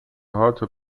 هات